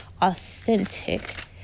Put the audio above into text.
authentic